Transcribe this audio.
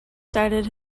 started